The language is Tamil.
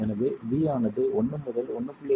எனவே b ஆனது 1 முதல் 1